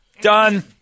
Done